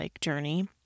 journey